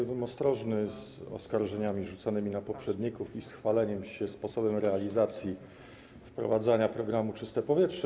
Byłbym ostrożny z oskarżeniami rzucanymi na poprzedników i z chwaleniem się sposobem realizacji, wprowadzania programu „Czyste powietrze”